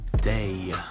day